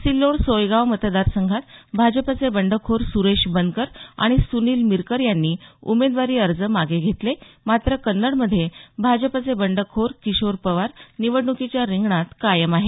सिल्लोड सोयगाव मतदारसंघात भाजपचे बंडखोर सुरेश बनकर आणि सुनील मिरकर यांनी उमेदवारी अर्ज मागे घेतले मात्र कन्नडमध्ये भाजपचे बंडखोर किशोर पवार निवडण्कीच्या रिंगणात कायम आहेत